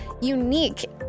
unique